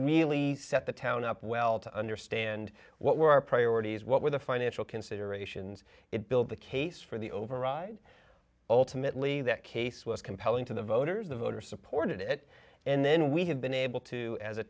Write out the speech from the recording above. neely set the town up well to understand what were our priorities what were the financial considerations it built the case for the override ultimately that case was compelling to the voters the voters supported it and then we had been able to as a